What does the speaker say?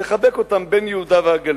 לחבק אותה בין יהודה והגליל.